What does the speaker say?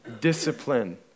discipline